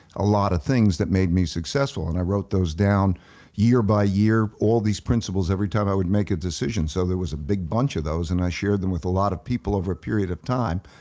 a lot of things that made me successful. and i wrote those down year by year all these principles every time i would make a decision. so there was a big bunch of those and i shared them with a lot of people over a period of time,